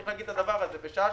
צריך להגיד את זה, בשעה